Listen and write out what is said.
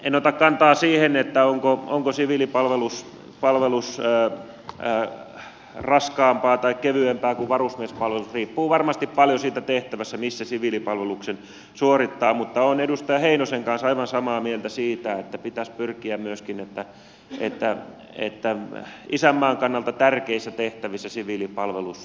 en ota kantaa siihen onko siviilipalvelus raskaampaa tai kevyempää kuin varusmiespalvelus riippuu varmasti paljon siitä tehtävästä missä siviilipalveluksen suorittaa mutta olen edustaja heinosen kanssa aivan samaa mieltä siitä että pitäisi pyrkiä myöskin siihen että isänmaan kannalta tärkeissä tehtävissä siviilipalvelus suoritettaisiin